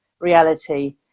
reality